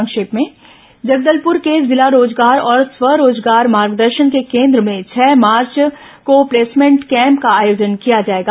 संक्षिप्त समाचार जगदलपुर के जिला रोजगार और स्वरोजगार मार्गदर्शन केन्द्र में छह मार्च को प्लेसमेंट कैंप का आयोजन किया जाएगा